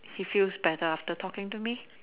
he feels better after talking to me